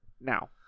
now